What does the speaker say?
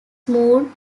moved